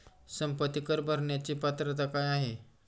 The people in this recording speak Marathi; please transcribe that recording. संपत्ती कर भरण्याची पात्रता काय आहे?